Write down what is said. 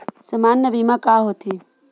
सामान्य बीमा का होथे?